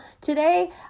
today